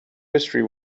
history